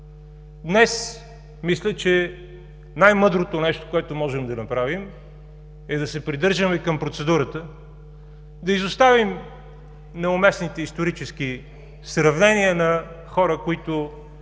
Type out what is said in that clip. Мисля, че днес най-мъдрото нещо, което можем да направим, е да се придържаме към процедурата. Да изоставим неуместните исторически сравнения на хора, които